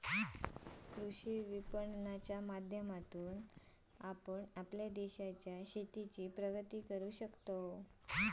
कृषी विपणनाच्या माध्यमातून आपण आपल्या देशाच्या शेतीची प्रगती करू शकताव